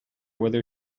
whether